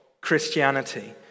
Christianity